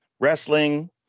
wrestling